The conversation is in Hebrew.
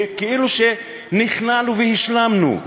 כאילו נכנענו והשלמנו.